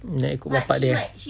nak ikut bapa dia eh